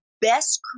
best